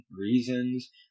reasons